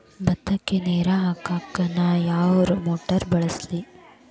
ಭತ್ತಕ್ಕ ನೇರ ಹಾಕಾಕ್ ನಾ ಯಾವ್ ಮೋಟರ್ ಬಳಸ್ಲಿ?